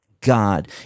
God